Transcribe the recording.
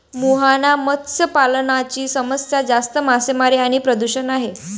मुहाना मत्स्य पालनाची समस्या जास्त मासेमारी आणि प्रदूषण आहे